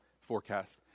forecast